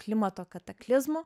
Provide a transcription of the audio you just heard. klimato kataklizmų